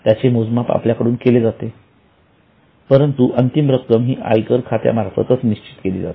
त्याचे मोजमाप आपल्याकडून केले जाते परंतु अंतिम रक्कम ही आयकर खात्यामार्फत निश्चित केली जाते